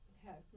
Okay